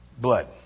blood